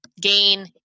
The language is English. gain